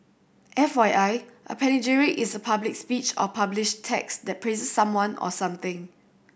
F Y I a panegyric is a public speech or published text that praises someone or something